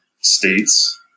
states